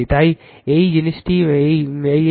এই এই এই জিনিস এবং এই জিনিসটা